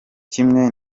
kimwe